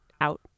out